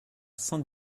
saint